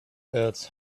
hurts